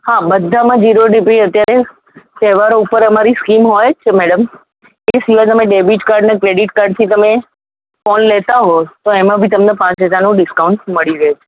હા બધામાં zero DP અત્યારે તહેવારો ઉપર અમારી સ્કીમ હોય જ છે મૅડમ એ સિવાય તમે ડૅબિટ કાર્ડ અને ક્રૅડિટ કાર્ડથી તમે ફોન લેતા હોવ તો એમાં બી તમને પાંચ હજારનું ડિસ્કાઉન્ટ મળી રહે છે